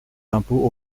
impôts